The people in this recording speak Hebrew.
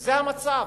זה המצב.